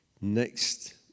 next